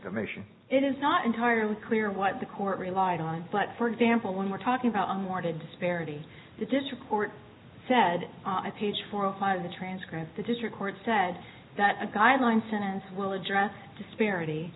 commission it is not entirely clear what the court relied on but for example when we're talking about a more disparity the district court said on a page four or five of the transcripts the district court said that a guideline sentence will address disparity